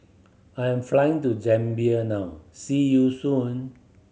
I'm flying to Zambia now see you soon